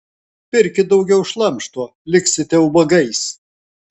pirkit daugiau šlamšto liksite ubagais